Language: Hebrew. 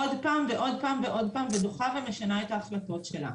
עוד פעם ועוד פעם ועוד פעם ודוחה ומשנה את ההחלטות שלה.